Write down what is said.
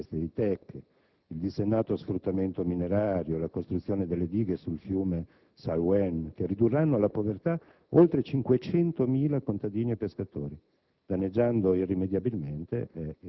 la distruzione e il taglio illegale delle foreste di tek, il dissennato sfruttamento minerario, la costruzione delle dighe sul fiume Salween che ridurranno alla povertà oltre 500.000 contadini e pescatori,